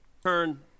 Turn